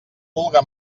vulga